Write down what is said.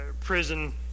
prison